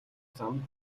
замд